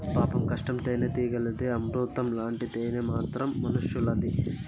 పాపం కష్టం తేనెటీగలది, అమృతం లాంటి తేనె మాత్రం మనుసులది